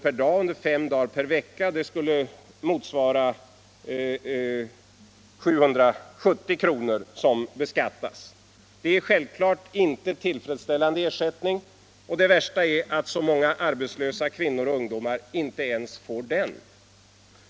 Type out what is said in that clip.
per dag under fem dagar per vecka — det skulle per månad motsvara 770 kr., som beskattas. Detta är självfallet inte en tillfredsställande ersättning, och det värsta är att så många arbetslösa kvinnor och ungdomar inte ens får den ersättningen.